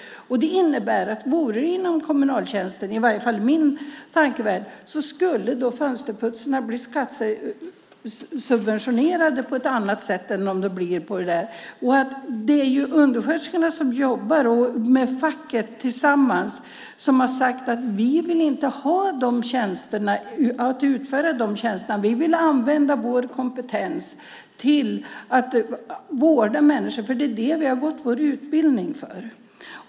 Det innebär att vore det inom kommunaltjänsten - i alla fall i min tankevärld - skulle fönsterputsarna bli skattesubventionerade. Det är undersköterskorna som tillsammans med facket har sagt att de inte vill utföra de tjänsterna. De vill använda sin kompetens till att vårda människor, för det är det de har gått sin utbildning för.